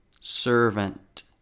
Servant